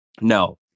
No